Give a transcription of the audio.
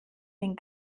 den